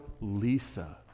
Lisa